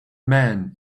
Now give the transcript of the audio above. man